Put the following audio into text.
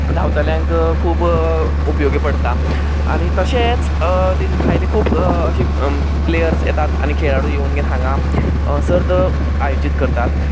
धांवतल्यांक खूब उपयोगी पडटा आनी तशेंच तेचे भायले खूब अशें प्लेयर्स येतात आनी खेळाडू येवन हांगा सर्त आयोजीत करतात